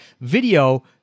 Video